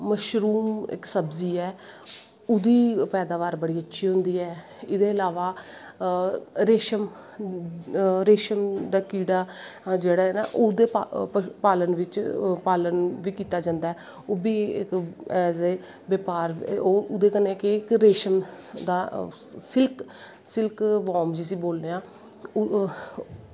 mushroom इक सब्जी ऐ ओह्दा पैदाबार बड़ी अच्छी होंदी ऐ एह्दे इलावा रेशम दा कीड़ा ओह्दे पालन बिच्च पालन कीता जंदा ऐ ओह् बी ऐज़ ए ब्यापहार ओह्दे कन्नै केह् रेशम सिल्कबार्म जिसी बोलनें आं ओह्